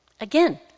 Again